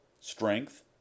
strength